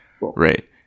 Right